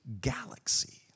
galaxy